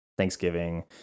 thanksgiving